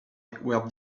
were